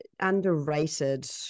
underrated